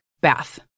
Bath